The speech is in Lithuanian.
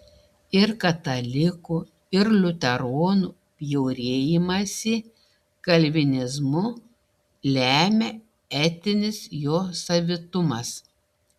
ir katalikų ir liuteronų bjaurėjimąsi kalvinizmu lemia etinis jo savitumas